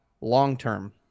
long-term